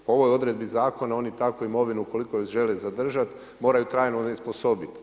Po ovoj odredbi zakona oni takvu imovinu u koliko je žele zadržat moraju trajno onesposobit.